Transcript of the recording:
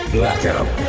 Blackout